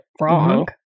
wrong